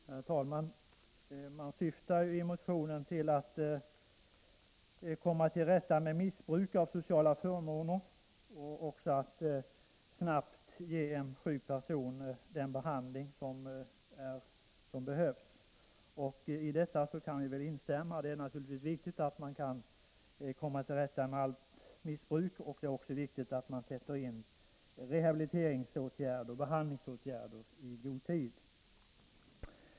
Herr talman! Man syftar i motionen till att komma till rätta med missbruk av sociala förmåner och att en sjuk person snabbt skall kunna ges den behandling som behövs. I detta kan vi väl instämma. Det är naturligtvis viktigt att man kan komma till rätta med allt missbruk, och det är också viktigt att sätta in rehabiliteringsåtgärder och behandlingsåtgärder i god tid.